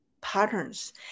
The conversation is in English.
patterns